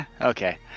Okay